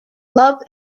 love